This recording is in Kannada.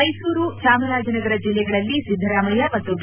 ಮೈಸೂರು ಚಾಮರಾಜನಗರ ಜಿಲ್ಲೆಗಳಲ್ಲಿ ಸಿದ್ದರಾಮಯ್ಟ ಮತ್ತು ಬಿ